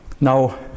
Now